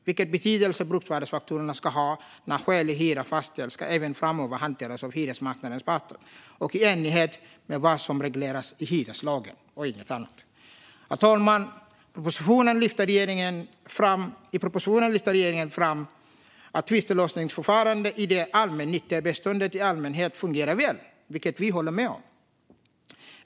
Vilken betydelse bruksvärdesfaktorerna ska ha när skälig hyra fastställs ska även framöver hanteras av hyresmarknadens parter och i enlighet med vad som regleras i hyreslagen och inget annat. Herr talman! I propositionen lyfter regeringen fram att tvistlösningsförfarandet i det allmännyttiga beståndet i allmänhet fungerar väl, vilket vi håller med om.